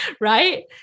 right